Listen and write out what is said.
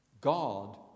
God